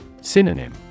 Synonym